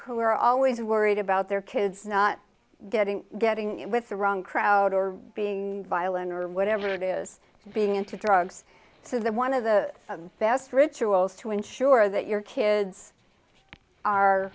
who are always worried about their kids not getting getting in with the wrong crowd or being violent or whatever it is being into drugs so that one of the best rituals to ensure that your kids are